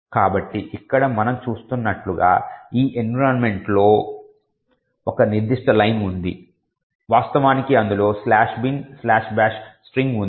కాబట్టి ఇక్కడ మనం చూస్తున్నట్లుగా ఈ ఎన్విరాన్మెంట్ వేరియబుల్స్లో ఒక నిర్దిష్ట లైన్ ఉంది వాస్తవానికి అందులో"binbash" స్ట్రింగ్ ఉంది